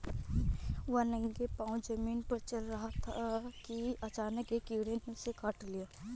वह नंगे पांव जमीन पर चल रहा था कि अचानक एक कीड़े ने उसे काट लिया